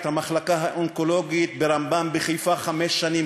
אני פקדתי את המחלקה האונקולוגית ברמב"ם בחיפה כמעט חמש שנים,